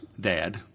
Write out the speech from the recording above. dad